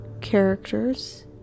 characters